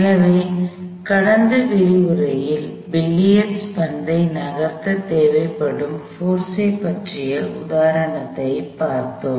எனவே கடந்த விரிவுரையில் பில்லியர்ட்ஸ் பந்தை நகர்த்த தேவைப்படும் போர்ஸ் ஐ பற்றிய உதாரணத்தைப் பார்த்தோம்